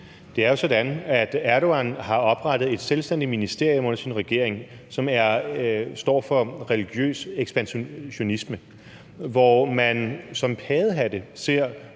Erdogan har oprettet et selvstændigt ministerium under sin regering, som står for religiøs ekspansionisme, hvor man som ser